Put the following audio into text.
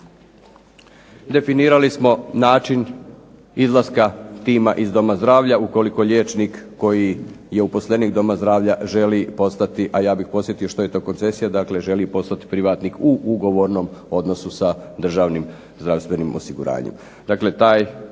definirali smo način izlaska tima iz doma zdravlja ukoliko liječnik koji je uposlenik doma zdravlja želi postati, a ja bih podsjetio što je to koncesija, dakle želi postati privatnik u ugovornom odnosu sa državnim zdravstvenim osiguranjem.